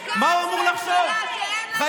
22 במאי 2022,